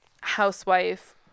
housewife